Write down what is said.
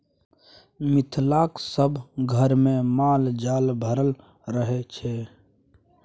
मिथिलाक सभ घरमे माल जाल भरल रहय छै